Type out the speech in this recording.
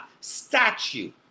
Statue